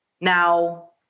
now